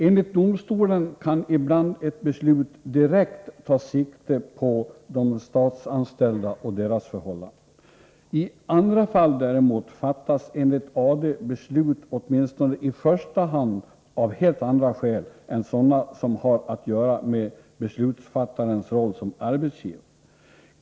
Enligt domstolen kan ibland ett beslut direkt ta sikte på de statsanställda och deras förhållanden. I andra fall däremot fattas enligt AD beslut åtminstone i första hand av helt andra skäl än sådana som har att göra med beslutsfattarens roll som arbetsgivare.